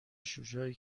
شجاعی